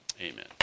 Amen